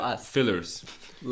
fillers